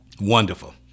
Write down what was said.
Wonderful